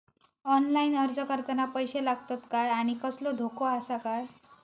Online अर्ज करताना पैशे लागतत काय आनी कसलो धोको आसा काय?